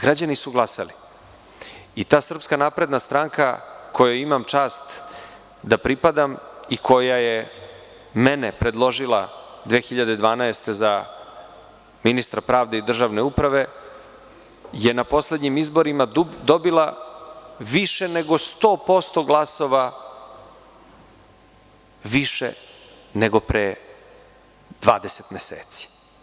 Građani su glasali i ta SNS, kojoj imam čast da pripadam i koja je mene predložila 2012. godine za ministra pravde i državne uprave je na poslednjim izborima dobila više nego 100% glasova više nego pre 20 meseci.